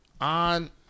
on